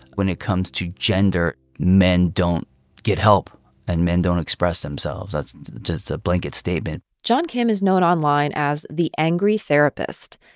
when it comes to gender, men don't get help and men don't express themselves. that's just a blanket statement john kim is known online as the angry therapist.